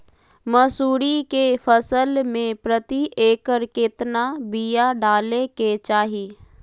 मसूरी के फसल में प्रति एकड़ केतना बिया डाले के चाही?